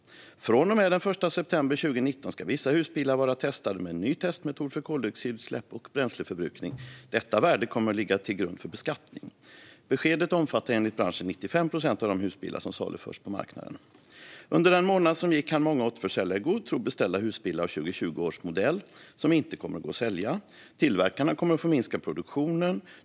Från och med den 1 september 2019 ska vissa husbilar vara testade med en ny testmetod för koldioxidutsläpp och bränsleförbrukning. Detta värde kommer att ligga till grund för beskattning. Beskedet omfattar enligt branschen 95 procent av de husbilar som saluförs på marknaden. Under den månad som gick hann många återförsäljare i god tro beställa husbilar av 2020 års modell, som inte kommer att gå att sälja. Tillverkarna kommer att få minska produktionen.